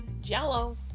Jello